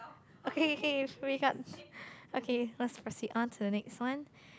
okay okay you should wake up okay let's proceed on to the next one